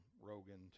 Rogan